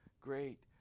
great